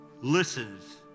listens